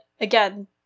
again